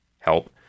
help